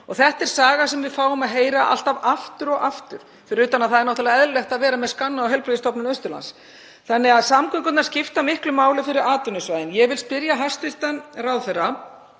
Þetta er saga sem við fáum að heyra aftur og aftur, fyrir utan að það er náttúrlega eðlilegt að vera með skanna á Heilbrigðisstofnun Austurlands. Samgöngurnar skipta miklu máli fyrir atvinnusvæðin. Ég vil spyrja hæstv. ráðherra